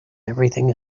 everything